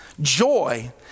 joy